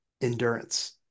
Endurance